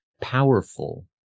powerful